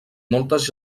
moltes